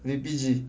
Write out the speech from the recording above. V_P_G